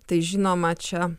tai žinoma čia